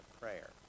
prayer